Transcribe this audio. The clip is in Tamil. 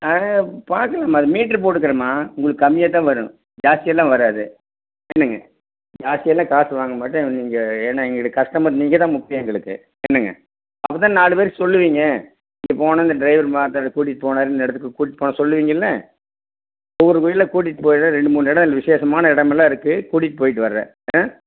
பார்க்கலாம்மா அது மீட்ரு போட்டுக்கிறேம்மா உங்களுக்கு கம்மியாகத்தான் வரும் ஜாஸ்தியெல்லாம் வராது என்னங்க ஜாஸ்தியெல்லாம் காசு வாங்கமாட்டேன் நீங்கள் ஏன்னால் எங்களுக்கு கஸ்டமர் நீங்கள் தான் முக்கியம் எங்களுக்கு என்னங்க அப்போ தானே நாலு பேருக்கு சொல்லுவீங்க இங்கே போனேன் இந்த டிரைவர் கூட்டிகிட்டு போனார் இந்த இடத்துக்கு கூட்டிகிட்டு போனாருன்னு சொல்லுவீங்கள்லே ஒவ்வொரு கோயிலாக கூட்டிகிட்டு போய்விடுறேன் ரெண்டு மூணு இடம் விசேஷமான இடமெல்லாம் இருக்குது கூட்டிகிட்டு போய்விட்டு வரேன் ஆ